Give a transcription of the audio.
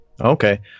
Okay